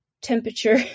temperature